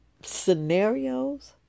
scenarios